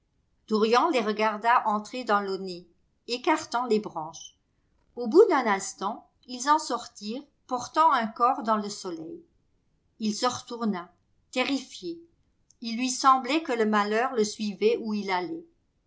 dorian les regarda entrer dans l'aunaie écartant les branches au bout d'un instant ils en sortirent portant un corps dans le soleil il se retourna terrifié il lui semblait que le malheur le suivait où il allait